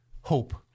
hope